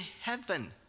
heaven